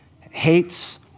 hates